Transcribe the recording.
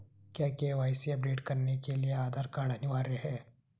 क्या KYC update करने के लिए आधार कार्ड अनिवार्य है?